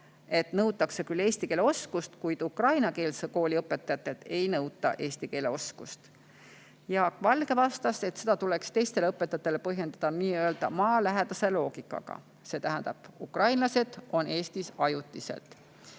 neilt nõutakse eesti keele oskust, kuid ukrainakeelsete koolide õpetajatelt seda ei nõuta. Jaak Valge vastas, et seda tuleks teistele õpetajatele põhjendada nii-öelda maalähedase loogikaga, see tähendab, et ukrainlased on Eestis ajutiselt.